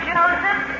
Joseph